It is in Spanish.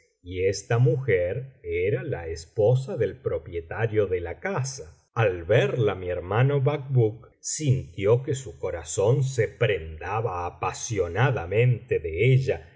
y esta mujer era la esposa del propietario de la casa al verla mi hermano bacbuk sintió que su corazón se prendaba apasionadamente ele ella y